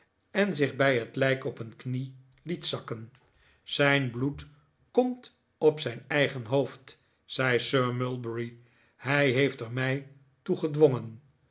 en zich bij het lijk op een knie liet zakken zijn bloed komt op zijn eigen hoofd zei sir mulberry hij heeft er mij toe gedwongen